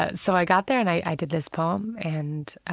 ah so i got there and i did this poem, and